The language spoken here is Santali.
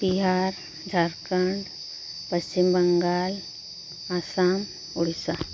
ᱵᱤᱦᱟᱨ ᱡᱷᱟᱲᱠᱷᱚᱸᱰ ᱯᱚᱥᱪᱷᱤᱢ ᱵᱟᱝᱜᱟᱞ ᱟᱥᱟᱢ ᱩᱲᱤᱥᱥᱟ